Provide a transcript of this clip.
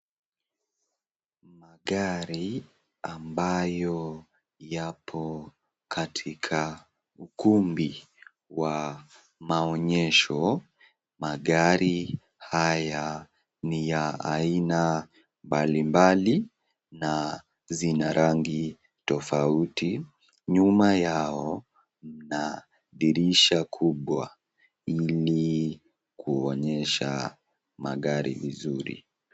Magari ambayo yapo katika kumbi wa maonyesho, magari haya ni ya aina mbalimbali na zina rangi tofauti, nyuma yao kuna dirisha kubwa ili kuonyesha magari vizuri.